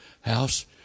house